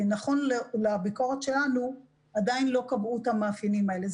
נכון למועד הביקורת שלנו עדיין לא קבעו את המאפיינים האלה.